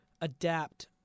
adapt